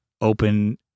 open